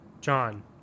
John